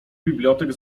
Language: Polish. bibliotek